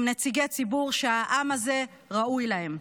עם נציגי ציבור שהעם הזה ראוי להם.